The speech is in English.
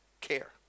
care